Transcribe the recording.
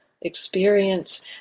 experience